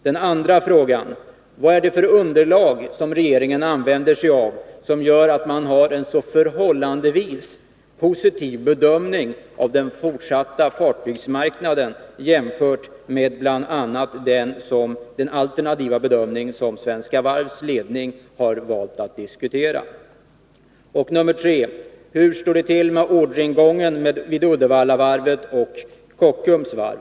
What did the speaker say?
Den andra frågan lyder: Vad är det för underlag som regeringen använder sig av och som gör att man har en förhållandevis positiv bedömning av den fortsatta fartygsmarknaden — jämfört med bl.a. den alternativa bedömning som Svenska Varvs ledning har valt att diskutera? Den tredje frågan är: Hur står det till med orderingången vid Uddevallavarvet och Kockums Varv?